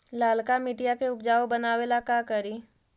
लालका मिट्टियां के उपजाऊ बनावे ला का करी?